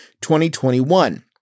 2021